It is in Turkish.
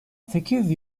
sekiz